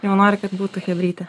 jau nori kad būtų chebrytė